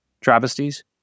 travesties